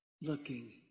looking